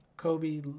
Kobe